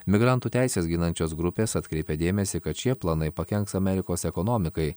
migrantų teises ginančios grupės atkreipia dėmesį kad šie planai pakenks amerikos ekonomikai